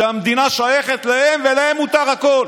שהמדינה שייכת להם ולהם מותר הכול.